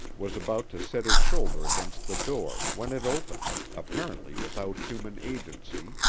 was about to set his shoulder against the door when it opened, apparently without human agency,